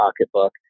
pocketbook